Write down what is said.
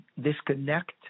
disconnect